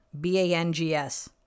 B-A-N-G-S